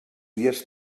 dies